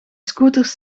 scooters